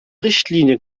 richtlinie